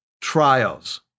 trials